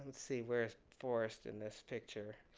see where is forrest in this picture,